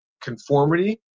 conformity